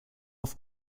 auf